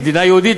מדינה יהודית,